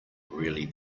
really